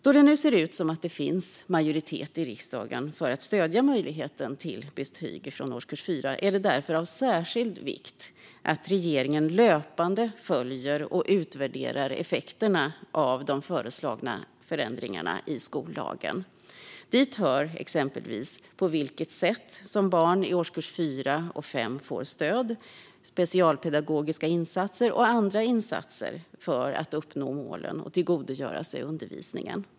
Då det nu ser ut att finnas majoritet i riksdagen för att stödja möjligheten till betyg från årskurs 4 är det därför av särskild vikt att regeringen löpande följer upp och utvärderar effekterna av de föreslagna förändringarna i skollagen. Dit hör exempelvis på vilket sätt barn i årskurserna 4 och 5 får stöd och specialpedagogiska insatser samt andra insatser för att uppnå målen och tillgodogöra sig undervisningen.